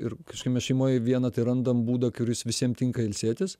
ir kažkaip mes šeimoj vieną tai randam būdą kuris visiem tinka ilsėtis